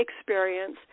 experience